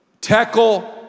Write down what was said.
tackle